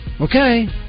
Okay